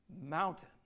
mountain